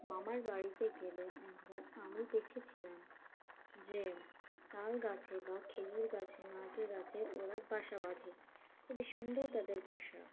মামার বাড়িতে গেলে একবার আমি দেখেছিলাম যে তাল গাছে বা খেজুর গাছে নারকেল গাছে ওরা বাসা বাঁধে খুবই সুন্দর তাদের বাসা